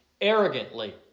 arrogantly